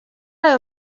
ayo